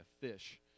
fish